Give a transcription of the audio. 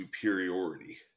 superiority